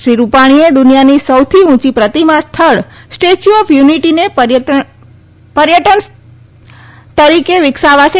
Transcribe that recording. શ્રી રૂપાણીએ દુનિયાની સૌથી ઉંચી પ્રતિમા સ્થળ સ્ટેચ્યુ ઓફ યુનિટીને પર્યટન તરીકે વિકસાવાશે